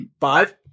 Five